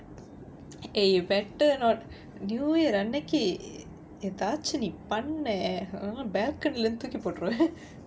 eh you better not new year அன்னைக்கி ஏதாச்சும் நீ பண்ண:annaikku ethaachum nee panna um balgony leh இருந்து தூக்கி போட்டுருவேன்:irunthu thookki potturuvaen